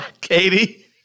Katie